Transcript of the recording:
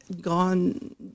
gone